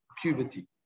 puberty